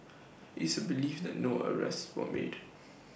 IT is believed that no arrests were made